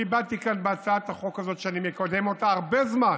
אני באתי לכאן עם הצעת החוק הזאת שאני מקדם אותה הרבה זמן,